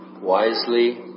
wisely